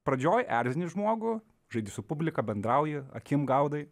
pradžioj erzini žmogų žaidi su publika bendrauji akim gaudai